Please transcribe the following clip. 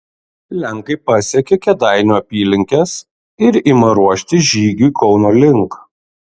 lenkai pasiekia kėdainių apylinkes ir ima ruoštis žygiui kauno link